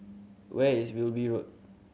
where is Wilby Road